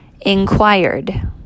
Inquired